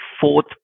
fourth